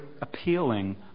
appealing